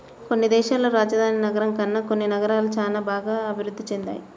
కొన్ని దేశాల్లో రాజధాని నగరం కన్నా కొన్ని నగరాలు చానా బాగా అభిరుద్ధి చెందాయి